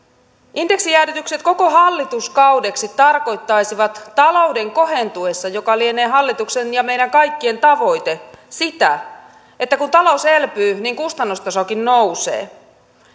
indeksijäädytykset koko hallituskaudeksi tarkoittaisivat talouden kohentuessa mikä lienee hallituksen ja meidän kaikkien tavoite sitä että kun talous elpyy niin kustannustasokin nousee